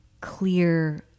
clear